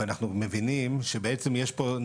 ואנחנו מבינים שבעצם יש פה,